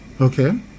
Okay